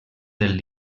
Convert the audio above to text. del